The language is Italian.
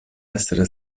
essere